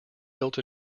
built